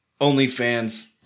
OnlyFans